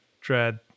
dread